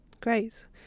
Great